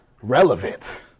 relevant